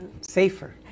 Safer